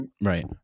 Right